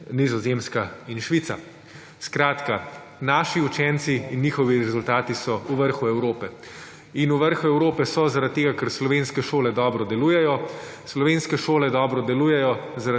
Nizozemska in Švica. Skratka, naši učenci in njihovi rezultati so v vrhu Evrope in v vrhu Evrope so zaradi tega, ker slovenske šole dobro delujejo. Slovenske šole dobre delujejo,